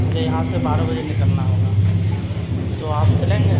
مجھے یہاں سے بارہ بجے نکلنا ہوگا تو آپ چلیں گے